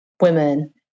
women